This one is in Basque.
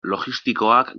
logistikoak